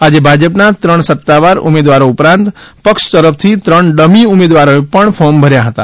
આજે ભાજપના ત્રણ સત્તાવાર ઉમેદવારો ઉપરાંત પક્ષ તરફથી ત્રણ ડમી ઉમેદવારોએ પણ ફોર્મ ભર્યાં હતા